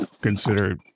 consider